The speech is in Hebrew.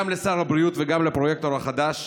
גם לשר הבריאות וגם לפרויקטור החדש,